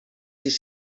sis